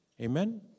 Amen